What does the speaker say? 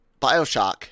bioshock